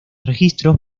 registros